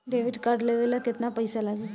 Debit card लेवे ला केतना पईसा लागी?